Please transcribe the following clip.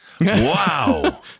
wow